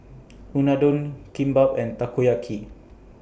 Unadon Kimbap and Takoyaki